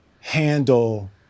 handle